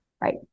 right